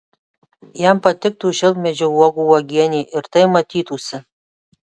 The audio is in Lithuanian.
jam patiktų šilkmedžio uogų uogienė ir tai matytųsi